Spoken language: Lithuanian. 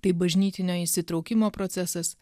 tai bažnytinio įsitraukimo procesas